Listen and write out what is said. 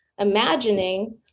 Imagining